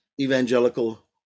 evangelical